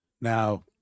now